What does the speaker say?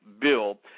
Bill